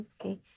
Okay